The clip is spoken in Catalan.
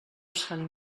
sant